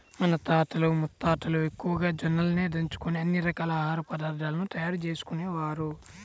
మన తాతలు ముత్తాతలు ఎక్కువగా జొన్నలనే దంచుకొని అన్ని రకాల ఆహార పదార్థాలను తయారు చేసుకునేవారు